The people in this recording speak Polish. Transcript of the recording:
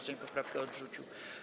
Sejm poprawkę odrzucił.